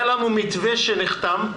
היה לנו מתווה שנחתם,